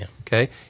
Okay